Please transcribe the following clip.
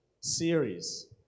series